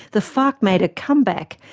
the farc made a comeback,